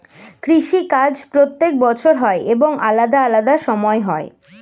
কৃষি কাজ প্রত্যেক বছর হয় এবং আলাদা আলাদা সময় হয়